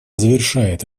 завершает